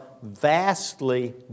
Vastly